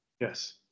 yes